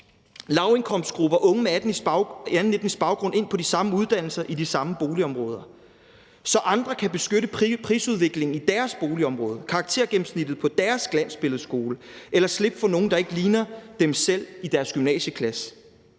lavindkomstgrupper og unge med anden etnisk baggrund ind på de samme uddannelser i de samme boligområder, så andre kan beskytte prisudviklingen i deres boligområder, karaktergennemsnittet på deres glansbilledeskole og slippe for nogle, der ikke ligner dem selv, i deres gymnasieklasse.